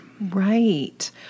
Right